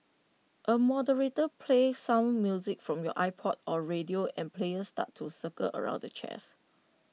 A moderator plays some music from your iPod or radio and players start to circle around the chairs